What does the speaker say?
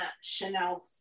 chanel